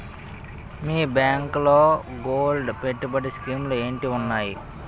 మీ బ్యాంకులో గోల్డ్ పెట్టుబడి స్కీం లు ఏంటి వున్నాయి?